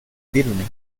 firme